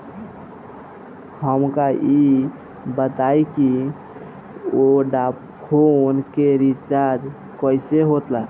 हमका ई बताई कि वोडाफोन के रिचार्ज कईसे होला?